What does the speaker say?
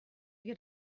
get